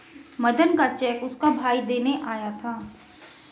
मदन का चेक उसका भाई देने आया था